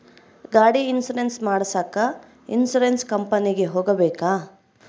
ಗಾಡಿ ಇನ್ಸುರೆನ್ಸ್ ಮಾಡಸಾಕ ಇನ್ಸುರೆನ್ಸ್ ಕಂಪನಿಗೆ ಹೋಗಬೇಕಾ?